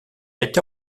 été